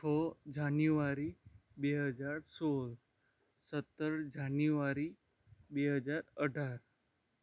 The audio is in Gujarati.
છ જાન્યુઆરી બે હજાર સોળ સત્તર જાન્યુઆરી બે હજાર અઢાર